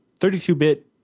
32-bit